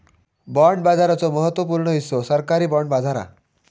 bond बाजाराचो महत्त्व पूर्ण हिस्सो सरकारी बाँड बाजार हा